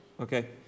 okay